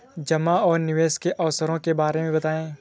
जमा और निवेश के अवसरों के बारे में बताएँ?